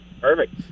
Perfect